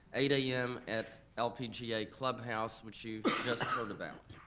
eight a yeah m. at lpga clubhouse, which you just heard about.